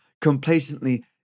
complacently